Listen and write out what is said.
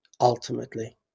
ultimately